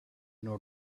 nor